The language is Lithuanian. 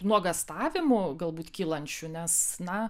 nuogąstavimų galbūt kylančių nes na